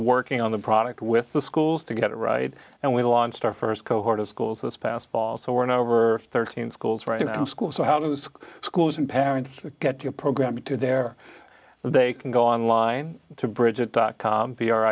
working on the product with the schools to get it right and we launched our st cohort of schools this past fall so we're now over thirteen schools right now school so how do those schools and parents get your program to their they can go online to bridget dot com